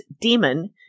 demon